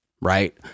right